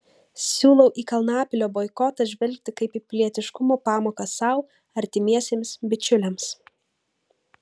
siūlau į kalnapilio boikotą žvelgti kaip į pilietiškumo pamoką sau artimiesiems bičiuliams